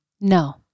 No